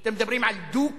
אתם מדברים על דו-קיום?